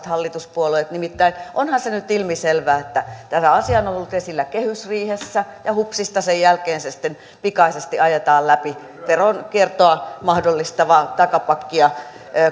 hallituspuolueet nimittäin onhan se nyt ilmiselvää että tämä asia on ollut esillä kehysriihessä ja hupsista sen jälkeen se sitten pikaisesti ajetaan läpi veronkiertoa mahdollistavaa takapakkia